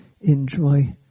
enjoy